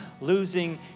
losing